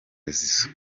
zizou